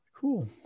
Cool